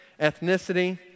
ethnicity